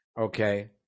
Okay